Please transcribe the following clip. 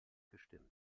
gestimmt